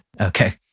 okay